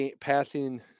passing